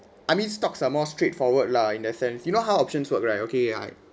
I mean stocks are more straightforward lah in the sense you know how options work right okay I